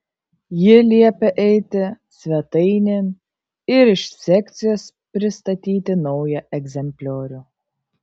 ji liepia eiti svetainėn ir iš sekcijos pristatyti naują egzempliorių